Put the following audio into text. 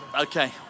Okay